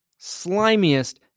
slimiest